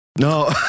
No